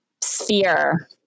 sphere